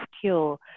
cure